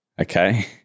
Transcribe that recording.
Okay